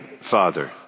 Father